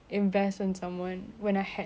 when I had the choice I would say